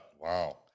Wow